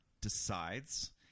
decides